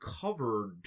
covered